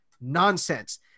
Nonsense